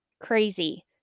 Crazy